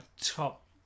top